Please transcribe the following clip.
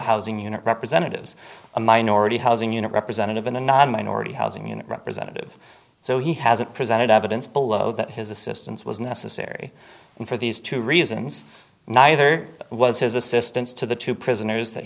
housing unit representatives a minority housing unit representative and a non minority housing unit representative so he hasn't presented evidence below that his assistance was necessary for these two reasons neither was his assistance to the two prison news that